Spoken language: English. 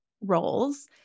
roles